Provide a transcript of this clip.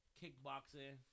kickboxing